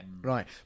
Right